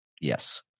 Yes